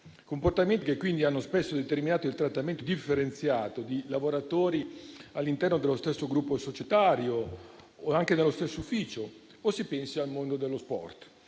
comportamenti che, quindi, hanno spesso determinato il trattamento differenziato di lavoratori all'interno dello stesso gruppo societario o anche nello stesso ufficio o si pensi al mondo dello sport.